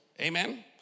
amen